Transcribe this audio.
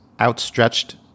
outstretched